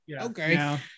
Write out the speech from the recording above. okay